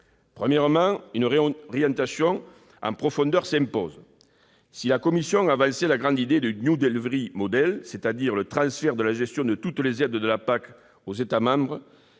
Premièrement, une réorientation en profondeur s'impose. Si la Commission européenne a avancé la grande idée d'un, c'est-à-dire d'un transfert de la gestion de toutes les aides de la PAC aux États membres,